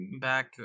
back